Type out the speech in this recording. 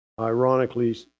ironically